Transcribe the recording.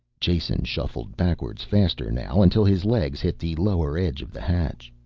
jason shuffled backwards faster now until his legs hit the lower edge of the hatch.